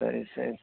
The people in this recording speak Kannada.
ಸರಿ ಸರ್